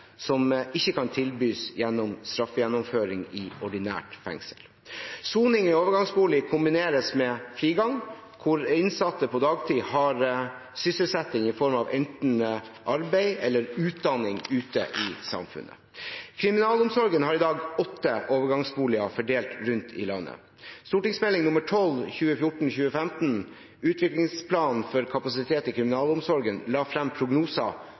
som ikke kan tilbys gjennom straffegjennomføring i ordinært fengsel. Soning i overgangsbolig kombineres med frigang, hvor innsatte på dagtid har sysselsetting i form av enten arbeid eller utdanning ute i samfunnet. Kriminalomsorgen har i dag åtte overgangsboliger fordelt rundt i landet. Meld. St. 12 for 2014–2015, Utviklingsplan for kapasitet i kriminalomsorgen, la frem prognoser